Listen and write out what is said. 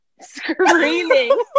screaming